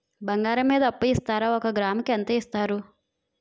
బంగారం మీద అప్పు ఇస్తారా? ఒక గ్రాము కి ఎంత ఇస్తారు?